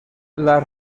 las